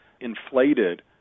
inflated